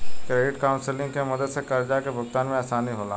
credit counselling के मदद से कर्जा के भुगतान में आसानी होला